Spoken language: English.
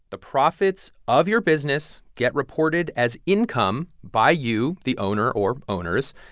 the profits of your business get reported as income by you, the owner or owners.